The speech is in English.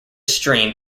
stream